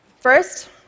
First